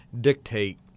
dictate